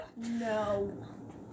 No